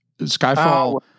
Skyfall